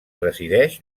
resideix